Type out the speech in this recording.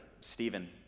Stephen